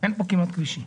אין פה כמעט כבישים.